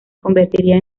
convertiría